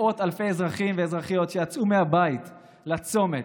מאות אלפי אזרחים ואזרחיות שיצאו מהבית לצומת,